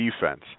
defense